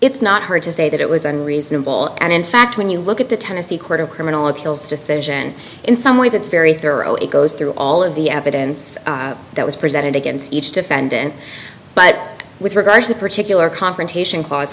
it's not hard to say that it was unreasonable and in fact when you look at the tennessee court of criminal appeals decision in some ways it's very thorough it goes through all of the evidence that was presented against each defendant but with regard to the particular confrontation cla